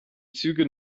züge